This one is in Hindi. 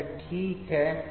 तो यहाँ ठीक है